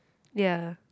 ya